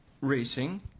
racing